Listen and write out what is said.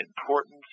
importance